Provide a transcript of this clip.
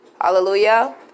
Hallelujah